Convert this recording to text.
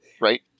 right